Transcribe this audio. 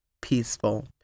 peaceful